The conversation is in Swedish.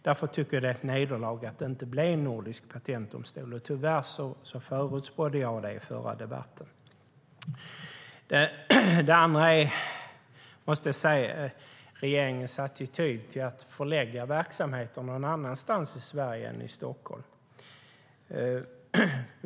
Därför tycker jag att det är ett nederlag att det inte blir en nordisk patentdomstol. Tyvärr förutspådde jag det i den förra debatten. För det andra handlar det om regeringens attityd till att förlägga verksamheten någon annanstans i Sverige än i Stockholm.